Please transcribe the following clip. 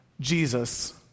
Jesus